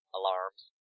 alarms